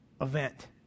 event